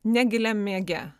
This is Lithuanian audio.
negiliam miege